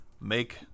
make